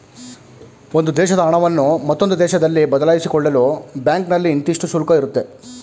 ಒಂದು ದೇಶದ ಹಣವನ್ನು ಮತ್ತೊಂದು ದೇಶದಲ್ಲಿ ಬದಲಾಯಿಸಿಕೊಳ್ಳಲು ಬ್ಯಾಂಕ್ನಲ್ಲಿ ಇಂತಿಷ್ಟು ಶುಲ್ಕ ಇರುತ್ತೆ